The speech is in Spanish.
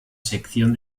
sección